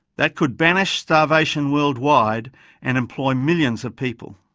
that could banish starvation worldwide and employ millions of people.